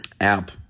app